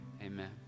amen